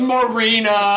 Marina